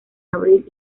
abril